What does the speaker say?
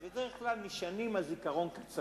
אז בדרך כלל נשענים על זיכרון קצר.